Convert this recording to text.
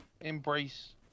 Embrace